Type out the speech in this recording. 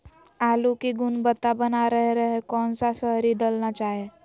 आलू की गुनबता बना रहे रहे कौन सा शहरी दलना चाये?